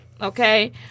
okay